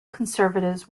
conservatives